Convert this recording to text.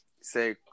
say